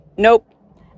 Nope